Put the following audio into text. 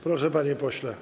Proszę, panie pośle.